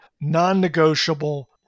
non-negotiable